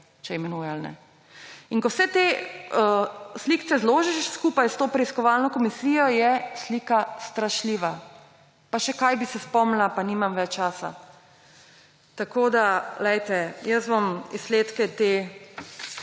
če izpolnjuje ali ne. In ko vse te slikice zložiš skupaj s to preiskovalno komisijo, je slika strašljiva. Pa še kaj bi se spomnila, pa nimam več časa. Jaz bom izsledke te